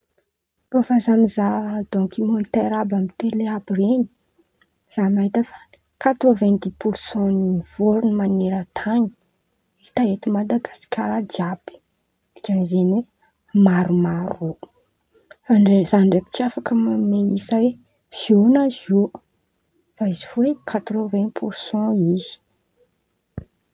Kô fa za mizaha dôkimantera àby amy tele àby ren̈y za mahita fa katrôvin disy porsan ny vôron̈o man̈erantan̈y hita eto Madagasikara jiàby dikan'izeny maromaro irô fa ndrey zan̈y ndraiky tsy afaka man̈amia isa oe ziô na ziô fa izy fo oe katrôvin porsan izy.